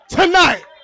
tonight